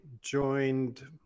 joined